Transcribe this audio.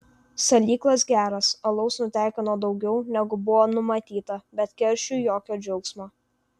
salyklas geras alaus nutekino daugiau negu buvo numatyta bet keršiui jokio džiaugsmo